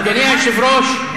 אדוני היושב-ראש,